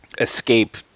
escape